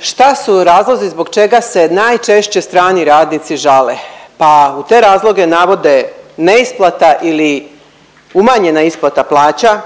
šta su razlozi zbog čega se najčešće strani radnici žale. Pa u te razloge navode neisplata ili umanjena isplata plaća